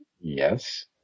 Yes